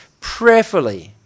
prayerfully